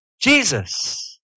Jesus